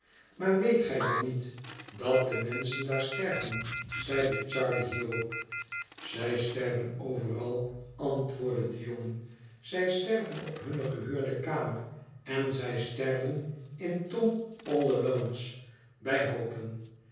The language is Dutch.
maar weet gij dan niet dat de menschen daar sterven zeide charley hierop zij sterven overal antwoordde de jongen zij sterven op hunne gehuurde kamer en zij sterven in tom all alones bij hoopen